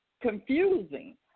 confusing